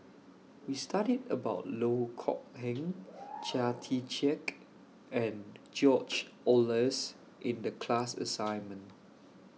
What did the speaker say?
We studied about Loh Kok Heng Chia Tee Chiak and George Oehlers in The class assignment